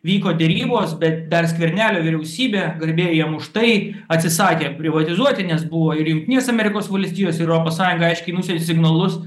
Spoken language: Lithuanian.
vyko derybos bet dar skvernelio vyriausybė garbė jam už tai atsisakė privatizuoti nes buvo ir jungtinės amerikos valstijos ir europos sąjunga aiškiai nusiuntė signalus